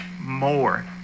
more